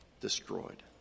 Destroyed